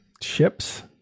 ships